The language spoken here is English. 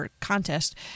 contest